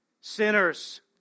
sinners